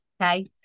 okay